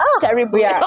terrible